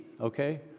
okay